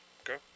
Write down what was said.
Okay